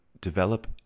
develop